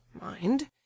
Mind